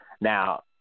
Now